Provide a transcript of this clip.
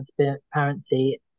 transparency